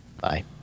Bye